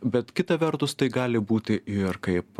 bet kita vertus tai gali būti ir kaip